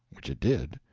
which it did.